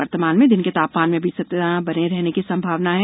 वर्तमान में दिन के तापमान अभी इसी तरह बने रहने की संभावना है